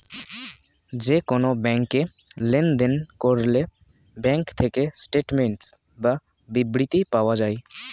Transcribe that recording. যে কোন ব্যাংকে লেনদেন করলে ব্যাঙ্ক থেকে স্টেটমেন্টস বা বিবৃতি পাওয়া যায়